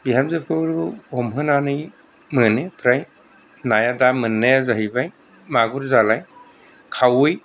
बिहामजोखौ हमहोनानै मोनो फ्राय नाया दा मोननाया जाहैबाय मागुर जालाय खावै